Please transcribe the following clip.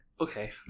okay